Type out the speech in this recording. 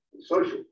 Social